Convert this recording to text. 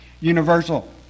universal